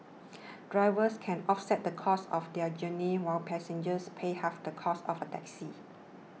drivers can offset the cost of their journey while passengers pay half the cost of a taxi